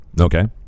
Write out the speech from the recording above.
Okay